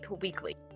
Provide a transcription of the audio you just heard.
Weekly